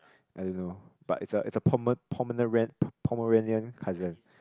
I don't know but it's a it's a Pomeranian cousin